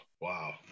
Wow